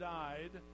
died